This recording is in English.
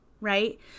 right